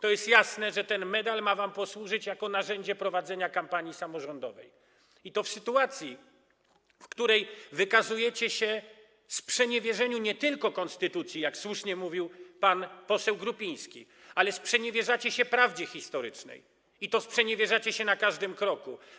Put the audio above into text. To jest jasne, że ten medal ma wam posłużyć jako narzędzie prowadzenia kampanii samorządowej, i to w sytuacji, w której nie tylko wykazujecie się sprzeniewierzeniem konstytucji, jak słusznie mówił pan poseł Grupiński, ale też sprzeniewierzacie się prawdzie historycznej, i to sprzeniewierzacie się na każdym kroku.